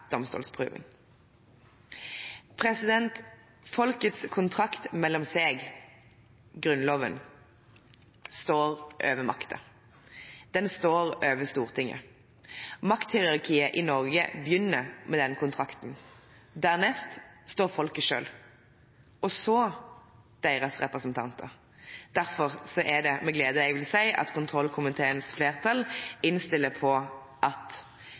Folkets kontrakt mellom seg, Grunnloven, står over makta. Den står over Stortinget. Makthierarkiet i Norge begynner med den kontrakten. Dernest står folket selv, og så deres representanter. Derfor er det med glede jeg vil si at kontrollkomiteens flertall innstiller på at